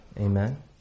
amen